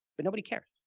but nobody cared.